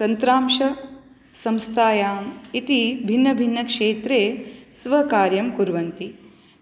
तन्त्रांशसंस्थायाम् इति भिन्नभिन्नक्षेत्रे स्व कार्यं कुर्वन्ति